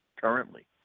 currently